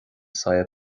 saol